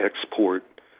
export